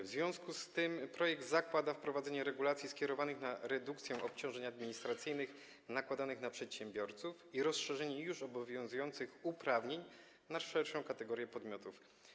W związku z tym projekt zakłada wprowadzenie regulacji skierowanych na redukcję obciążeń administracyjnych nakładanych na przedsiębiorców i rozszerzenie już obowiązujących uprawnień na szerszą kategorię podmiotów.